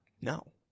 No